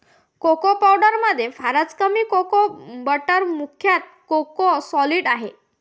cocoa पावडरमध्ये फारच कमी कोको बटर मुख्यतः कोको सॉलिड आहे